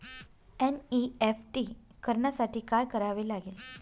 NEFT करण्यासाठी काय करावे लागते?